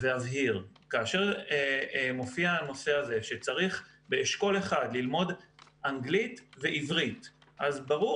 כאשר מופיע הנושא שצריך באשכול אחד ללמוד אנגלית ועברית אז ברור